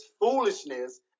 foolishness